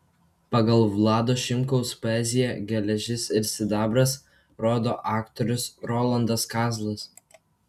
pagal vlado šimkaus poeziją geležis ir sidabras rodo aktorius rolandas kazlas